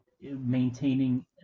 maintaining